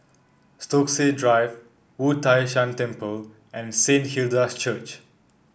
Stokesay Drive Wu Tai Shan Temple and Saint Hilda's Church